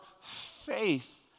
faith